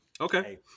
Okay